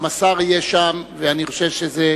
גם השר יהיה שם, ואני חושב שזה